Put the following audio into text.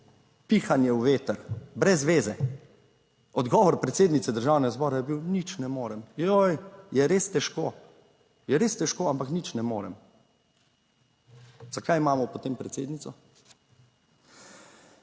pihanje v veter, brez zveze. Odgovor predsednice Državnega zbora je bil: nič ne morem, joj, je res težko, je res težko, ampak nič ne morem. Za kaj imamo potem predsednico?